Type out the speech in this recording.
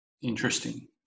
interesting